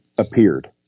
appeared